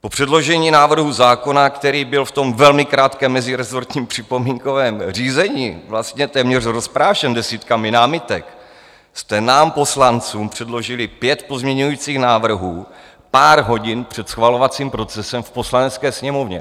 Po předložení návrhu zákona, který byl v tom velmi krátkém mezirezortním připomínkovém řízení vlastně téměř rozprášen desítkami námitek, jste nám poslancům předložili pět pozměňovacích návrhů pár hodin před schvalovacím procesem v Poslanecké sněmovně.